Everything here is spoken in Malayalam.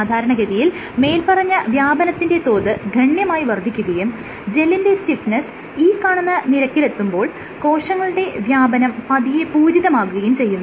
സാധാരണഗതിയിൽ മേല്പറഞ്ഞ വ്യാപനത്തിന്റെ തോത് ഗണ്യമായി വർദ്ധിക്കുകയും ജെല്ലിന്റെ സ്റ്റിഫ്നെസ്സ് ഈ കാണുന്ന നിരക്കിലെത്തുമ്പോൾ കോശങ്ങളുടെ വ്യാപനം പതിയെ പൂരിതമാകുകയും ചെയ്യുന്നു